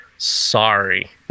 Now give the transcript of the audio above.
sorry